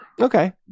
Okay